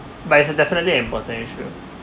but it's a definitely important issue